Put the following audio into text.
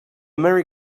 merry